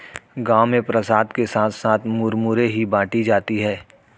गांव में प्रसाद के साथ साथ मुरमुरे ही बाटी जाती है